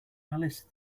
alice